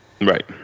Right